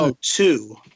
two